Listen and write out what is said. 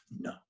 No